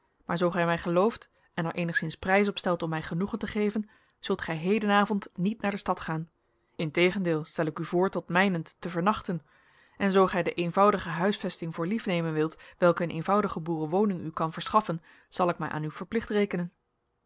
maar zoo gij mij gelooft en er eenigszins prijs op stelt om mij genoegen te geven zult gij hedenavond niet naar stad gaan integendeel stel ik u voor tot mijnent te vernachten en zoo gij de eenvoudige huisvesting voor lief nemen wilt welke een eenvoudige boerenwoning u kan verschaffen zal ik mij aan u verplicht rekenen